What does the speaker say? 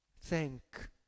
thank